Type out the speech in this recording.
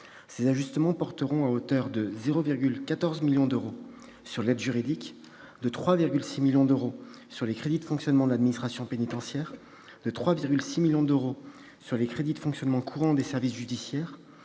nationale. Ils porteront à hauteur de 0,14 million d'euros sur l'aide juridique, de 3,6 millions d'euros sur les crédits de fonctionnement de l'administration pénitentiaire, de 3,6 millions d'euros sur les crédits de fonctionnement courant des services judiciaires,